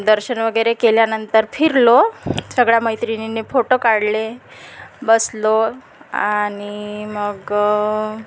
दर्शन वगैरे केल्यानंतर फिरलो सगळ्या मैत्रिणींनी फोटो काढले बसलो आणि मग